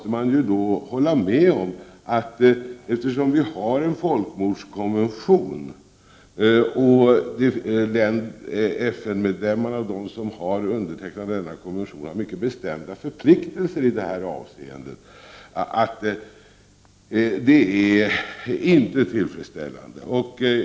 Eftersom vi har en folkmordskonvention och de FN-medlemmar som undertecknat denna konvention har mycket bestämda förpliktelser i det avseendet, är detta inte tillfredsställande.